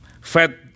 fed